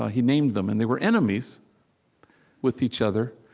ah he named them, and they were enemies with each other.